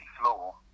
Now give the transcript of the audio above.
floor